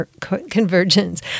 convergence